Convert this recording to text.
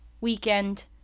weekend